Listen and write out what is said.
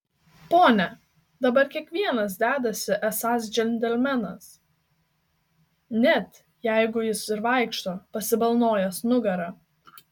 pone dabar kiekvienas dedasi esąs džentelmenas net jeigu jis ir vaikšto pasibalnojęs nugarą